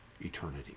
eternity